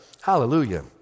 hallelujah